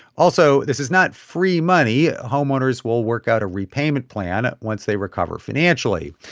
also this is not free money. homeowners will work out a repayment plan once they recover financially.